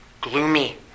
gloomy